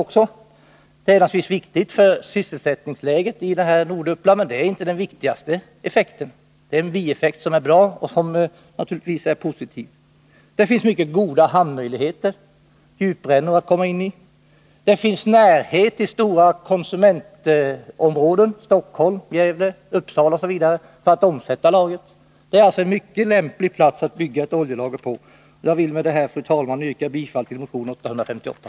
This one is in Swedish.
Det är naturligtvis viktigt för sysselsättningsläget i Norduppland, men det är inte den viktigaste effekten även om den är positiv. Där finns mycket goda hamnmöjligheter med djuprännor, och där finns närheten till stora konsumentområden — Stockholm, Gävle, Uppsala osv. — för att omsätta lagret. Det är alltså en mycket lämplig plats att bygga ett oljelager på. Jag vill, fru talman, med det här yrka bifall till motion 858.